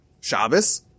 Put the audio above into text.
Shabbos